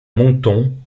moncton